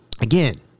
Again